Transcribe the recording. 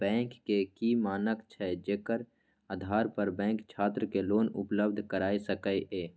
Bank के की मानक छै जेकर आधार पर बैंक छात्र के लोन उपलब्ध करय सके ये?